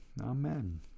Amen